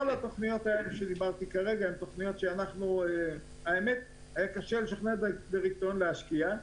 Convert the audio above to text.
כל התוכניות שאמרתי כרגע הן תוכניות שהיה קשה לשכנע להשקיע בהן,